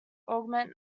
augment